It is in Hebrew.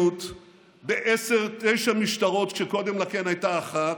בבריאות, בעשר, תשע משטרות, כשקודם לכן הייתה אחת.